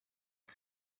ubu